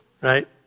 right